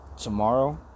Tomorrow